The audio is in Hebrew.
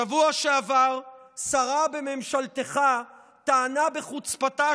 בשבוע שעבר שרה בממשלתך טענה בחוצפתה